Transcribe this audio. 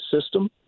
system